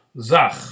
Zach